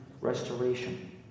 restoration